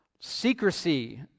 secrecy